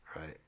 Right